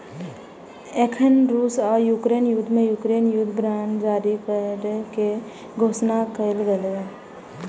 एखन रूस आ यूक्रेन युद्ध मे यूक्रेन युद्ध बांड जारी करै के घोषणा केलकैए